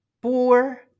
poor